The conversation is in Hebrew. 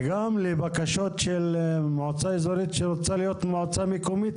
וגם לבקשות של מועצה אזורית שרוצה להיות מועצה מקומית,